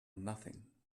nothing